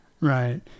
Right